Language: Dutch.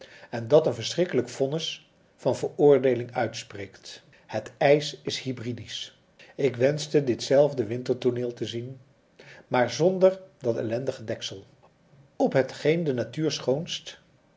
en dat een verschrikkelijk vonnis van veroordeeling uitspreekt het ijs is hybridisch ik wenschte dit zelfde wintertooneel te zien maar zonder dat ellendige deksel op hetgeen de natuur schoonst